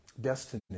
destiny